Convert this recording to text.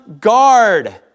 guard